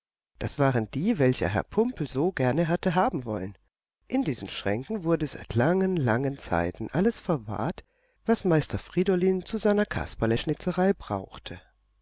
das waren die welche herr pumpel so gerne hatte haben wollen in diesen schränken wurde seit langen langen zeiten alles verwahrt was meister friedolin zu seiner kasperleschnitzerei brauchte